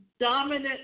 dominant